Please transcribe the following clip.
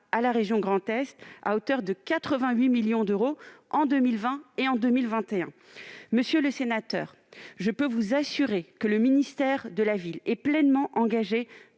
à la région Grand Est à hauteur de 88 millions d'euros en 2020 et 2021. Monsieur le sénateur, je peux vous assurer que le ministère de la ville est pleinement engagé